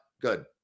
Good